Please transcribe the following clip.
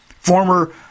former